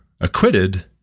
acquitted